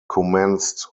commenced